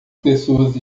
pessoas